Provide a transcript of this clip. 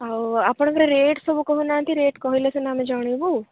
ଆଉ ଆପଣଙ୍କର ରେଟ୍ ସବୁ କହୁନାହାନ୍ତି ରେଟ୍ କହିଲେ ସିନା ଆମେ ଜାଣିବୁ